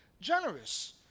generous